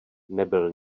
nebyl